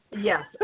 Yes